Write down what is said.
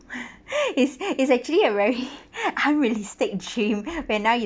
is is actually a very unrealistic dream when now you